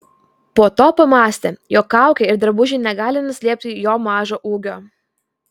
po to pamąstė jog kaukė ir drabužiai negali nuslėpti jo mažo ūgio